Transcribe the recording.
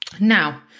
Now